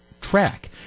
track